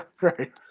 right